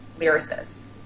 lyricist